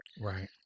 Right